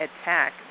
attack